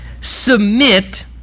submit